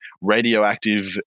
Radioactive